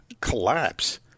collapse